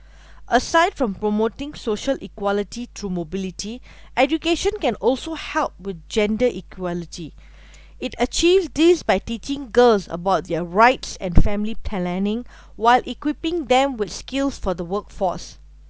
aside from promoting social equality through mobility education can also help with gender equality it achieves this by teaching girls about their rights and family planning while equipping them with skills for the workforce